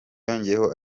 yongeyeho